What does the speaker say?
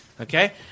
Okay